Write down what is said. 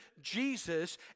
Jesus